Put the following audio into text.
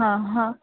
हां हां